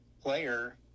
player